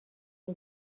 نگه